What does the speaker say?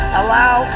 allow